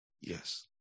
Yes